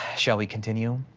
shall we continue?